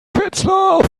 wetzlar